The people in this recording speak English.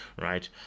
Right